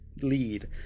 lead